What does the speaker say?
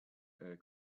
air